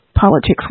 politics